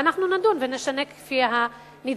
ואנחנו נדון ונשנה כפי הנדרש.